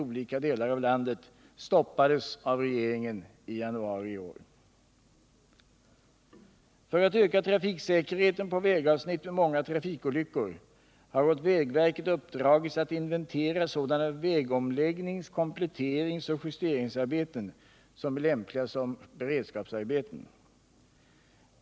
För att öka trafiksäkerheten på vägavsnitt med många trafikolyckor har åt vägverket uppdragits att inventera sådana vägomläggnings-, kompletteringsoch justeringsarbeten som är lämpliga som beredskapsarbeten.